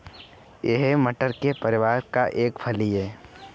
यह मटर के परिवार का एक फली है